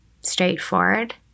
straightforward